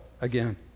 again